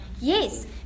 Yes